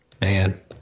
Man